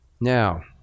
Now